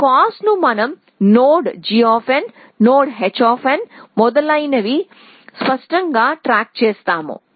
ఈ కాస్ట్ ను మనం నోడ్ g నోడ్ h మొదలైనవి స్పష్టంగా ట్రాక్ చేస్తాము